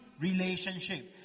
relationship